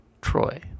Troy